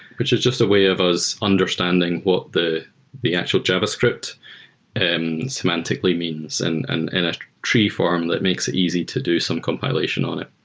which is just a way of us understanding what the the actual javascript and semantically means and and and a tree form that makes it easy to do some compilation on it.